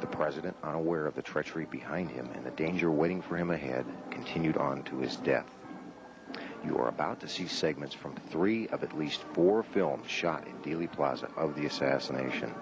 the president on aware of the treachery behind him and the danger waiting for him ahead continued on to his death you're about to see segments from three of at least four films shot in dealey plaza of the assassination